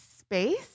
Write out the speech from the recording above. space